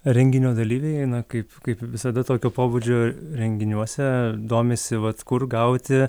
renginio dalyviai na kaip kaip visada tokio pobūdžio renginiuose domisi vat kur gauti